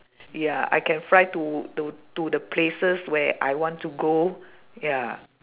ya I can fly to to to the places where I want to go ya